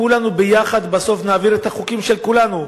כולנו ביחד בסוף נעביר את החוקים של כולנו.